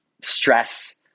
stress